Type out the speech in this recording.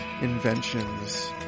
inventions